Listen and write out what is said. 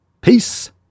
peace